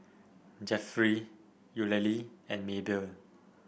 Jeffery Eulalie and Maebell